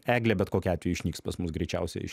eglė bet kokiu atveju išnyks pas mus greičiausiai iš